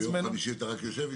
ביום חמישי אתה רק יושב איתם.